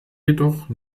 jedoch